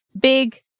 big